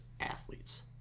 athletes